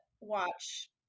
watch